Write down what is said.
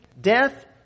death